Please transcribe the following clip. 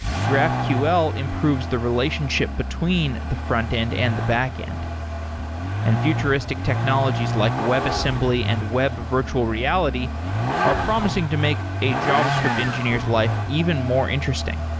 graphql improves the relationship between the frontend and the backend and futuristic technologies like webassembly and web virtual reality are promising to make a javascript engineer's life even more interesting.